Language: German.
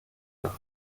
nach